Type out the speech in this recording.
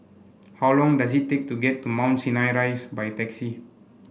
how long does it take to get to Mount Sinai Rise by taxi